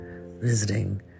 visiting